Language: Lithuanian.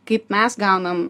kaip mes gaunam